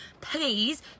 please